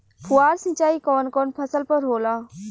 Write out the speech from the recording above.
फुहार सिंचाई कवन कवन फ़सल पर होला?